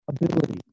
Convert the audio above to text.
ability